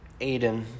Aiden